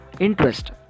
interest